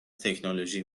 تکنولوژی